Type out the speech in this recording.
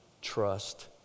trust